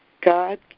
God